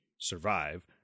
survive